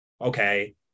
Okay